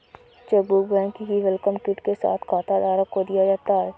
chequebook bank की welcome kit के साथ खाताधारक को दिया जाता है